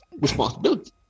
responsibility